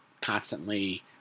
constantly